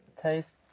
taste